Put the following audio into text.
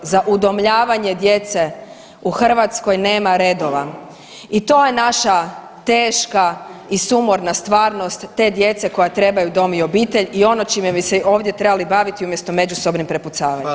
Za udomljavanje djece u Hrvatskoj nema redova i to je naša teška i sumorna stvarnost te djece koja trebaju dom i obitelj i ono čime bi se ovdje trebali baviti umjesto međusobnim prepucavanjem.